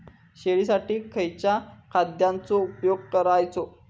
शेळीसाठी खयच्या खाद्यांचो उपयोग करायचो?